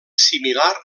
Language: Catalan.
similar